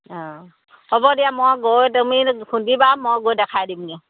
অ' হ'ব দিয়া মই গৈ তুমি খুন্দিবা মই গৈ দেখাই দিমগৈ